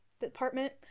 department